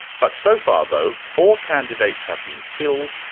but so far though, four candidates have been killed,